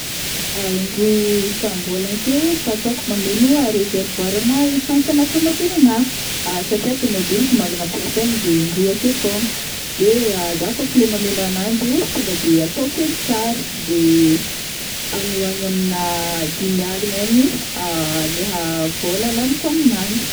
in-droa isam-bolagna akeo fataoko mameno réservoir ana essence ana tomobilinahy, satria tomobiliko mahalagna ampiasaigny de in-droa akeo fogna, de zah kaofa leha mameno ananjy io, tonga de atao feno tsara de agny ho agny aminà dimy aligna agny leha vola laniko aminanjy.